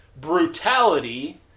Brutality